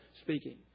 speaking